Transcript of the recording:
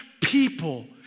people